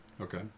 Okay